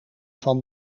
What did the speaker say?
van